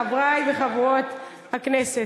כבוד היושב-ראש, חברי וחברות הכנסת,